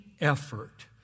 effort